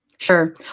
Sure